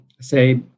say